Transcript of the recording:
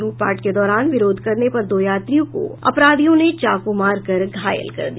लूटपाट के दौरान विरोध करने पर दो यात्रियों को अपराधियों ने चाकू मार कर घायल कर दिया